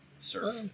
sir